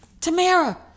Tamara